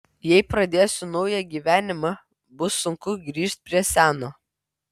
jei pradėsiu naują gyvenimą bus sunku grįžt prie seno